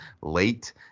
late